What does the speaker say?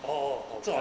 orh orh 好看